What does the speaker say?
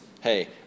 hey